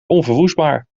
onverwoestbaar